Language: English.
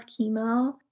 chemo